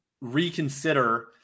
reconsider